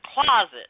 closet